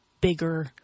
bigger